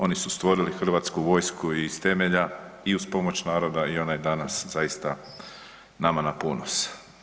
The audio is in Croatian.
Oni su stvorili Hrvatsku vojsku iz temelja i uz pomoć naroda i ona je danas zaista nama na ponos.